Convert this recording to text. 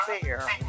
fair